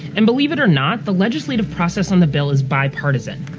and, believe it or not, the legislative process on the bill is bipartisan.